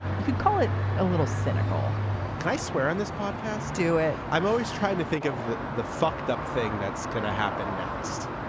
you could call it a little cynical can i swear on this podcast? do it. i'm always trying to think of the the fucked up thing that's going to happen next